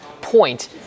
point